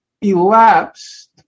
elapsed